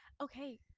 Okay